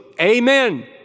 Amen